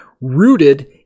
rooted